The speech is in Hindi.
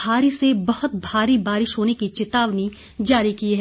भारी से बहुत भारी बारिश होने की चेतावनी जारी की है